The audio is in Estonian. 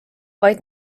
vaid